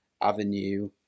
avenue